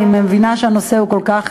אני מבינה שהנושא הוא כל כך,